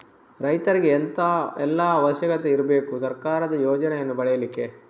ರೈತರಿಗೆ ಎಂತ ಎಲ್ಲಾ ಅವಶ್ಯಕತೆ ಇರ್ಬೇಕು ಸರ್ಕಾರದ ಯೋಜನೆಯನ್ನು ಪಡೆಲಿಕ್ಕೆ?